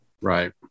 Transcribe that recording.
Right